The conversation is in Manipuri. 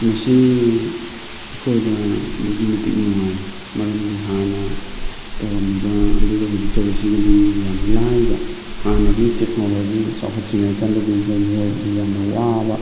ꯃꯁꯤ ꯑꯩꯈꯣꯏꯗ ꯑꯗꯨꯛꯀꯤ ꯃꯇꯤꯛ ꯅꯨꯡꯉꯥꯏ ꯃꯔꯝꯗꯤ ꯍꯥꯟꯅ ꯇꯧꯔꯝꯃꯤꯕ ꯑꯗꯨꯒ ꯍꯧꯖꯤꯛ ꯇꯧꯔꯤꯁꯤꯒꯗꯤ ꯌꯥꯝ ꯂꯥꯏꯕ ꯍꯥꯟꯅꯗꯤ ꯇꯦꯛꯅꯣꯂꯣꯖꯤ ꯆꯥꯎꯈꯠꯇ꯭ꯔꯤꯀꯥꯟꯗꯗꯤ ꯑꯩꯈꯣꯏ ꯃꯤꯑꯣꯏꯕꯗ ꯌꯥꯅ ꯋꯥꯕ